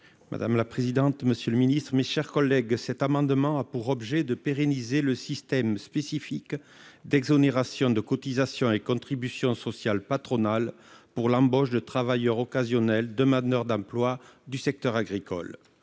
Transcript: : La parole est à M. Jean-Jacques Michau. Cet amendement a pour objet de pérenniser le système spécifique d'exonération de cotisations et de contributions sociales patronales pour l'embauche de travailleurs occasionnels et demandeurs d'emploi du secteur agricole.